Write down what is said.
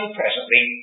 presently